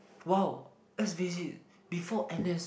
!wow! let's face it before n_s